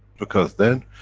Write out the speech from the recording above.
because then,